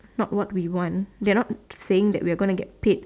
not what we want they are not saying that we are going to get paid